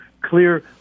clear